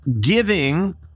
giving